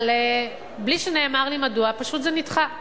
אבל בלי שנאמר לי מדוע, פשוט זה נדחה.